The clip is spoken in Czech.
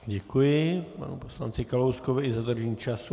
Děkuji panu poslanci Kalouskovi i za dodržení času.